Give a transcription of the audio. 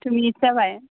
तु जाबाय